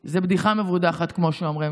זה בדיחה מבודחת, כמו שאומרים.